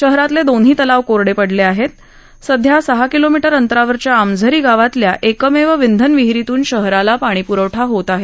शहरातील दोन्ही तलाव कोरडे पडले आहेत सध्या सहा किलोमीटर अंतरावरील आमझरी गावातील एकमेव विंधनविहिरीतून शहराला पाणीप्रवठा होत आहे